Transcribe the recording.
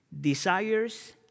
desires